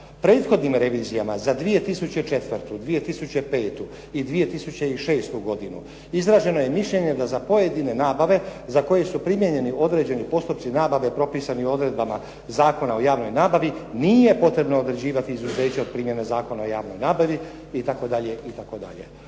“Prethodnim revizijama za 2004., 2005. i 2006. godinu izraženo je mišljenje da za pojedine nabave za koji su primijenjeni određeni postupci nabave propisani odredbama Zakona o javnoj nabavi nije potrebno određivati izuzeće od primjene Zakona o javnoj nabavi“ itd. itd.,